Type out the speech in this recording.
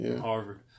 Harvard